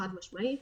חד משמעית,